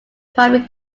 primary